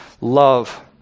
love